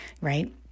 right